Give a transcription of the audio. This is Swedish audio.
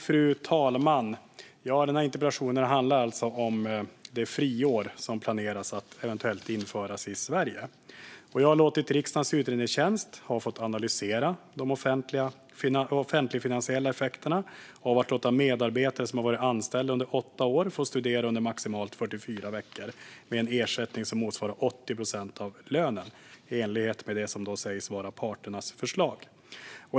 Fru talman! Den här interpellationen handlar alltså om det friår som planeras att eventuellt införas i Sverige. Jag har låtit riksdagens utredningstjänst analysera de offentlig-finansiella effekterna av att låta medarbetare som varit anställda under åtta år studera under maximalt 44 veckor med en ersättning som motsvarar 80 procent av lönen i enlighet med det som sägs vara parternas förslag.